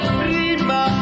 prima